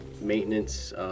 maintenance